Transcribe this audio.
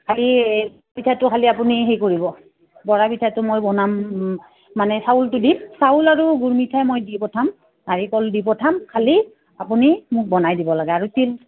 খালি পিঠাটো খালি আপুনি হেৰি কৰিব বৰা পিঠাটো মই বনাম মানে চাউলটো দিম চাউল আৰু গুৰ মিঠাই মই দি পঠাম নাৰিকল দি পঠাম খালি আপুনি মোক বনাই দিব লাগে আৰু তিল